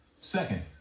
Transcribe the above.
Second